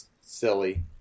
silly